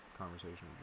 conversation